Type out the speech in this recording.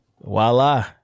voila